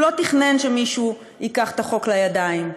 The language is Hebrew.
הוא לא תכנן שמישהו ייקח את החוק לידיים.